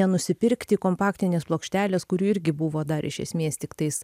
nenusipirkti kompaktinės plokštelės kurių irgi buvo dar iš esmės tiktais